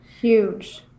Huge